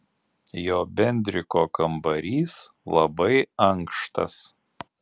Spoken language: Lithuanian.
jo bendriko kambarys labai ankštas